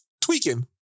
tweaking